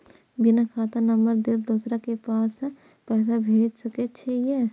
बिना खाता नंबर लेल दोसर के पास पैसा भेज सके छीए?